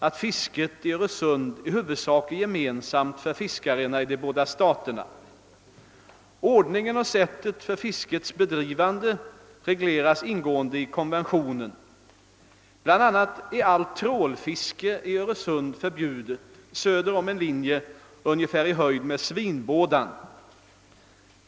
att fisket i Öresund i huvudsak är gemensamt för fiskarna i de båda staterna. Ordningen och sättet för fiskets bedrivande regleras ingående i konventionen. Bl.a. är allt trålfiske i Öresund förbjudet söder om en linje ungefär i höjd med Svinbådan.